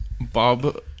Bob